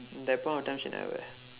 that point of time she never